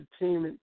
Entertainment